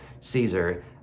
Caesar